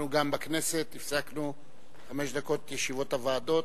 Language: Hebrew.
אנחנו גם בכנסת הפסקנו לחמש דקות את ישיבות הוועדות.